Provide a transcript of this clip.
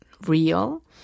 real